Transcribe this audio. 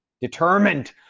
determined